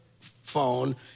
phone